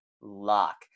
lock